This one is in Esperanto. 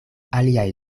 aliaj